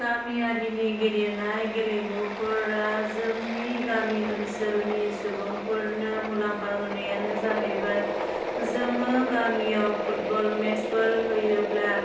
गामियारिनि गेलेनाय गेलेमुफोरा जोंनि गामि ओनसोलनि सुबुंफोरनो मुलाम्फा होनायानो जाहैबाय जोङो गामियाव फुटबल मेट्सफोर होयोब्ला